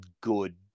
good